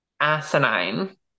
asinine